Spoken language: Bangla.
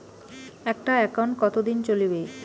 একটা একাউন্ট কতদিন চলিবে?